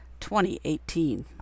2018